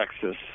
Texas